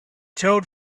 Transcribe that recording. told